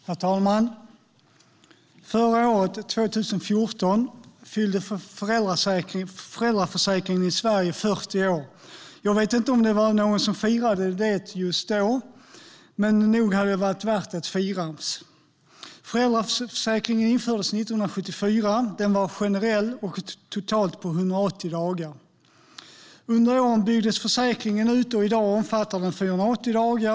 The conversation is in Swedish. Herr talman! Förra året, 2014, fyllde föräldraförsäkringen i Sverige 40 år. Jag vet inte om det var någon som firade det just då, men nog hade det varit värt att firas. Föräldraförsäkringen infördes 1974. Den var generell och totalt på 180 dagar. Under åren byggdes försäkringen ut, och i dag omfattar den 480 dagar.